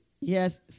Yes